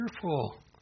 fearful